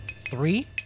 Three